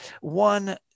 one